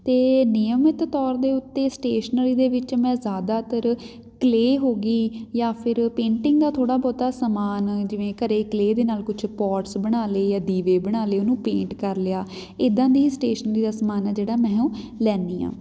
ਅਤੇ ਨਿਯਮਿਤ ਤੌਰ ਦੇ ਉੱਤੇ ਸਟੇਸ਼ਨਰੀ ਦੇ ਵਿੱਚ ਮੈਂ ਜ਼ਿਆਦਾਤਰ ਕਲੇਅ ਹੋ ਗਈ ਜਾਂ ਫਿਰ ਪੇਂਟਿੰਗ ਦਾ ਥੋੜ੍ਹਾ ਬਹੁਤਾ ਸਮਾਨ ਜਿਵੇਂ ਘਰ ਕਲੇਅ ਦੇ ਨਾਲ ਕੁਝ ਪੋਟਸ ਬਣਾ ਲਏ ਜਾਂ ਦੀਵੇ ਬਣਾ ਲਏ ਉਹਨੂੰ ਪੇਂਟ ਕਰ ਲਿਆ ਇੱਦਾਂ ਦੀ ਸਟੇਸ਼ਨਰੀ ਦਾ ਸਮਾਨ ਆ ਜਿਹੜਾ ਮੈਂ ਉਹ ਲੈਂਦੀ ਹਾਂ